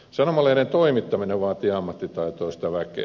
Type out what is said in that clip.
sanomalehden toimittaminen vaatii ammattitaitoista väkeä